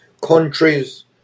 countries